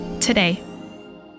today